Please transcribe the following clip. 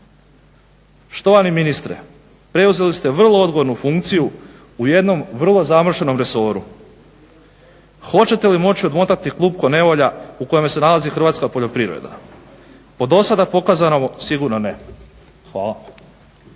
Poštovani ministre, preuzeli ste vrlo odgovornu funkciju u jednom vrlo zamršenom resoru. Hoćete li moć odmotati klupko nevolja u kojima se nalazi hrvatska poljoprivreda? Po do sada pokazanome sigurno ne. Hvala.